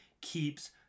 keeps